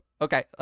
okay